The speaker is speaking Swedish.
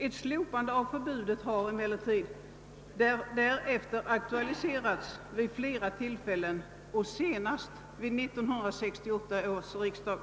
Ett slopande av förbudet har emellertid därefter aktualiserats vid flera tillfällen och senast vid 1968 års riksdag.